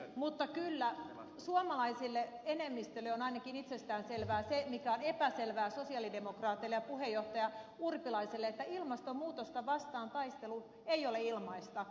mutta kyllä suomalaisista enemmistölle on ainakin itsestäänselvää se mikä on epäselvää sosialidemokraateille ja puheenjohtaja urpilaiselle että ilmastonmuutosta vastaan taistelu ei ole ilmaista